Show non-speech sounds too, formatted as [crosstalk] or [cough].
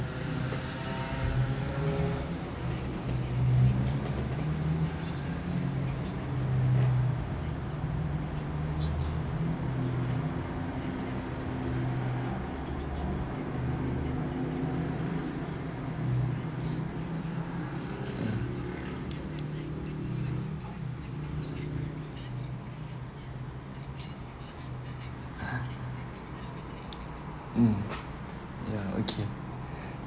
[laughs] mm ya okay